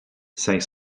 cinq